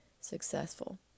successful